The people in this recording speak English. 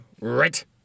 right